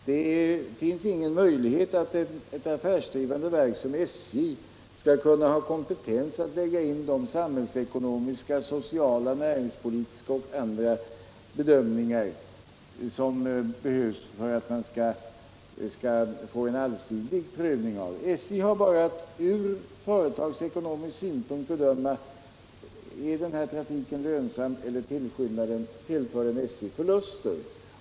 Det finns ingen möjlighet att ett affärsdrivande verk som SJ skall kunna ha kompetens att lägga in de samhällsekonomiska, sociala, näringspolitiska och andra bedömningar som behövs för en allsidig prövning. SJ har bara att från företagsekonomisk synpunkt bedöma: Är den här trafiken lönsam eller åsamkar den SJ förluster?